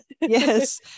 Yes